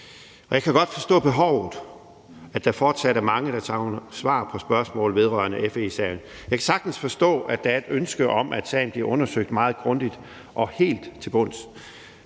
Jeg kan godt forstå, at der er mange, der savner svar på spørgsmål vedrørende FE-sagen. Jeg kan sagtens forstå, at der er et ønske om, at sagen bliver undersøgt meget grundigt og helt til bunds.